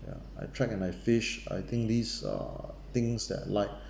ya I track and I fish I think these are things that I like